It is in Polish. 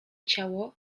ciało